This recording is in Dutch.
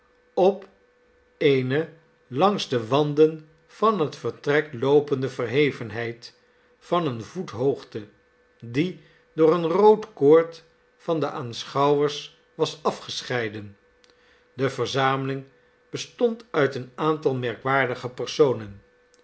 op eene langs de wanden van het vertrek loopende verhevenheid van een voet hoogte die door een rood koord van de aanschouwers was afgescheiden de verzameling bestond uit een aantal merkwaardige personen